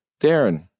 Darren